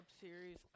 series